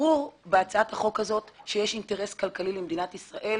ברור שיש אינטרס כלכלי למדינת ישראל